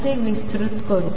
असे विस्तृत करू